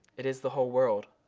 it is the whole world.